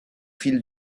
fil